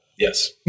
Yes